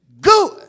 good